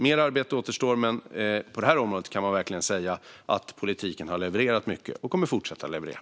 Mer arbete återstår, men på detta område kan man verkligen säga att politiken har levererat mycket och kommer att fortsätta att leverera.